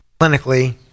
clinically